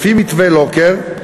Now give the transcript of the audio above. לפי מתווה לוקר,